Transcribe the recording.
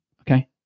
Okay